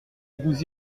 vous